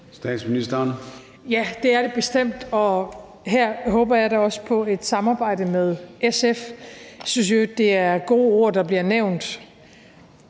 Frederiksen): Ja, det er det bestemt, og her håber jeg da også på et samarbejde med SF. Jeg synes i øvrigt, det er gode ord, der bliver sagt,